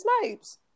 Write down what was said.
Snipes